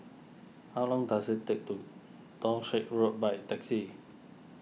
how long does it take to Townshend Road by taxi